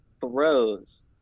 throws